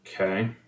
Okay